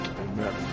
amen